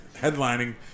headlining